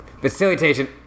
facilitation